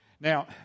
Now